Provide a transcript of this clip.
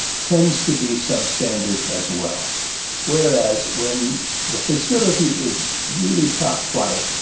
tends to be substandard as well whereas when the facility is really top-flight